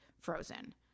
frozen